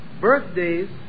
Birthdays